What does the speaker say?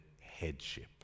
headship